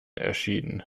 erschienen